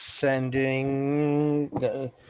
sending